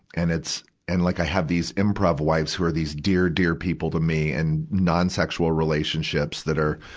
and it's, and like i have these improve wives who are these dear, dear people to me, and nonsexual relationships that are,